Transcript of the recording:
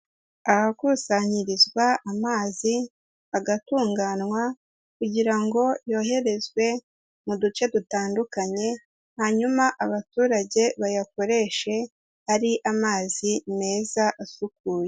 Ahakusanyirizwa amazi, agatunganywa kugira ngo yoherezwe mu duce dutandukanye, hanyuma abaturage bayakoreshe ari amazi meza asukuye.